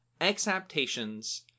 exaptations